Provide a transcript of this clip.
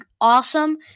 awesome